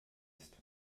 ist